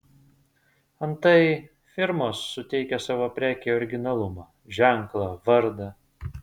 antai firmos suteikia savo prekei originalumą ženklą vardą